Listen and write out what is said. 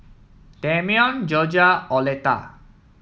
Dameon Jorja Oleta